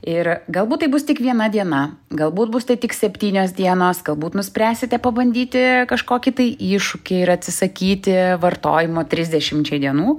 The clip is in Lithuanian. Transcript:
ir galbūt tai bus tik viena diena galbūt bus tik septynios dienos galbūt nuspręsite pabandyti kažkokį tai iššūkį ir atsisakyti vartojimo trisdešimčiai dienų